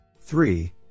Three